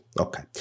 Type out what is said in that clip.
Okay